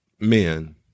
Men